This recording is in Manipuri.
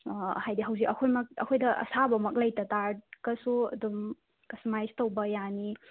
ꯍꯥꯏꯗꯤ ꯍꯧꯖꯤꯛ ꯑꯩꯈꯣꯏꯃꯛ ꯑꯩꯈꯣꯏꯗ ꯑꯁꯥꯕꯃꯛ ꯂꯩꯇꯇꯥꯔꯒꯁꯨ ꯑꯗꯨꯝ ꯀꯁꯇꯃꯥꯏꯁ ꯇꯧꯕ ꯌꯥꯅꯤ